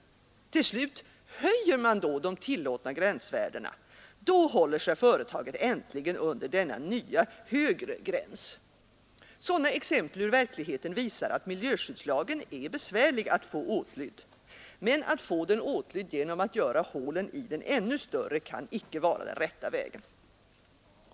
Till slut höjer man de tillåtna gränsvärdena; då håller sig företaget äntligen under denna nya, högre gräns. Sådana exempel ur verkligheten visar att miljöskyddslagen är besvärlig att få åtlydd. Men att få den åtlydd genom att göra hålen i den ännu större kan inte vara den rätta vägen.